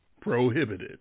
prohibited